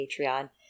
Patreon